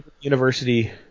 University